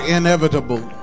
inevitable